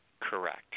Correct